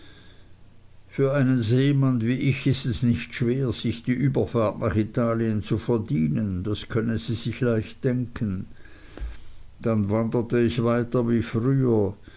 für einen seemann wie ich war ist es nicht schwer sich die überfahrt nach italien zu verdienen das können sie sich leicht denken dann wanderte ich weiter wie früher